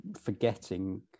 forgetting